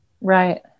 Right